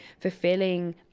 fulfilling